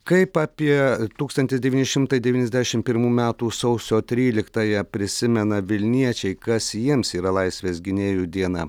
kaip apie tūkstantis devyni šimtai devyniasdešim pirmų metų sausio tryliktąją prisimena vilniečiai kas jiems yra laisvės gynėjų diena